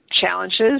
challenges